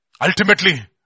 Ultimately